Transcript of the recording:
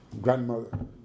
grandmother